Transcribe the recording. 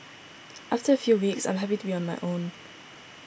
after a few weeks I was happy to be on my own